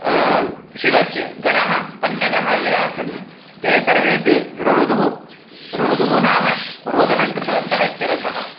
शिवस्य गणः पन्नगः ये आसन् ते सर्वेपि रूरुदुः रूरुदुः नाम रोदनं कृतवन्तः इत्यर्धः